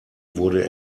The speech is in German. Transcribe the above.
wurde